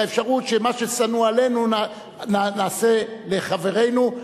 האפשרות שמה ששנוא עלינו נעשה לחברינו,